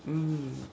mm